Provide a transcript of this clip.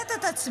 ושואלת את עצמי